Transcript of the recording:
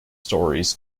stories